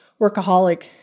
workaholic